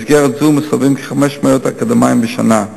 במסגרת זו מוסבים כ-500 אקדמאים בשנה,